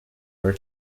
were